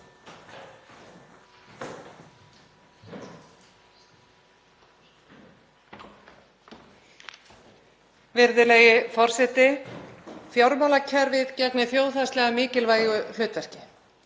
Virðulegi forseti. Fjármálakerfið gegnir þjóðhagslega mikilvægu hlutverki.